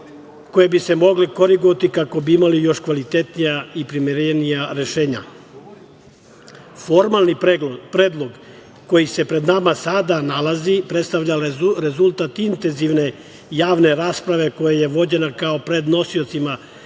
koje bi se mogle korigovati, kako bi imali još kvalitetnija i primerenija rešenja. Formalni predlog koji se pred nama sada nalazi predstavlja rezultat intenzivne javne rasprave koja je vođena kako pred nosiocima